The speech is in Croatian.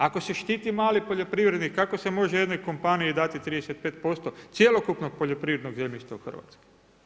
Ako se štiti mali poljoprivrednik, kako se može jednoj kompaniji dati 35% cjelokupnog poljoprivrednog zemljišta u Hrvatskoj?